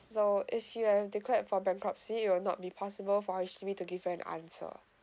so if you have declared for bankruptcy it'll not be possible for H_D_B to give an answer